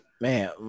Man